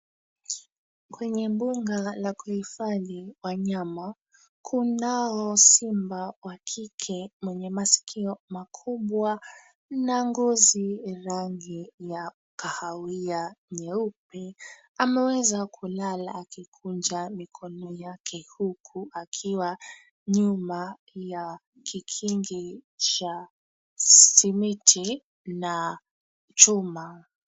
Kwenye mbuga la kuhifadhi wanyama, kunao simba wa kike mwenye masikio makubwa na ngozi rangi ya kahawia nyeupe. Ameweza kulala akikunja mikono yake huku akiwa nyuma ya kikingi cha simiti na chuma.